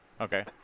okay